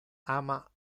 ama